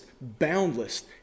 boundless